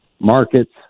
markets